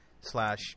slash